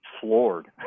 floored